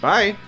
Bye